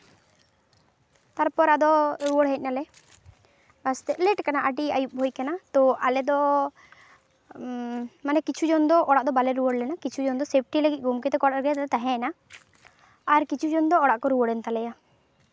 ᱛᱟᱨᱯᱚᱨ ᱟᱫᱚ ᱨᱩᱣᱟᱹᱲ ᱦᱮᱡ ᱱᱟᱞᱮ ᱵᱟᱥᱛᱮ ᱞᱮᱹᱴ ᱠᱟᱱᱟ ᱟᱹᱰᱤ ᱟᱹᱭᱩᱵ ᱦᱩᱭ ᱠᱟᱱᱟ ᱛᱚ ᱟᱞᱮ ᱫᱚ ᱢᱟᱱᱮ ᱠᱤᱪᱷᱩ ᱡᱚᱱ ᱫᱚ ᱚᱲᱟᱜ ᱫᱚ ᱵᱟᱞᱮ ᱨᱩᱣᱟᱹᱲ ᱞᱮᱱᱟ ᱠᱤᱪᱷᱩ ᱡᱚᱱ ᱫᱚ ᱥᱮᱯᱴᱤ ᱞᱟᱹᱜᱤᱫ ᱜᱚᱢᱠᱮ ᱛᱟᱠᱚ ᱚᱲᱟᱜ ᱨᱮᱞᱮ ᱛᱟᱦᱮᱸ ᱭᱮᱱᱟ ᱟᱨ ᱠᱤᱪᱷᱩ ᱡᱚᱱ ᱫᱡᱚ ᱚᱲᱟᱜ ᱠᱚ ᱨᱩᱣᱟᱹᱲᱮᱱ ᱛᱟᱞᱮᱭᱟ